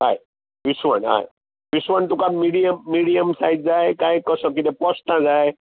हय विसवण हय विसवण तुका मिडीयम मिडीयम सायज जाय काय कसो कितें पोस्तां जाय